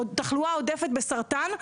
עוד תחלואה עודפת בסרטן,